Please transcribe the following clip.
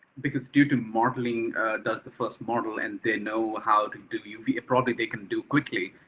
because due to modeling does the first model and they know how to do uv probably they can do quickly,